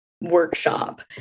workshop